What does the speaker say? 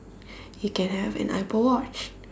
you can have an apple watch